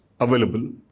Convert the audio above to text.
available